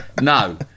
No